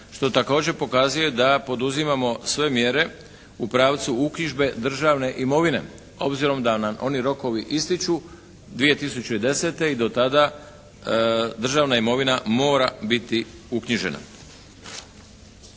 što također pokazuje da poduzimamo sve mjere u pravcu uknjižbe državne imovine obzirom da nam oni rokovi ističu 2010. i do tada državna imovina mora biti uknjižena.